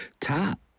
top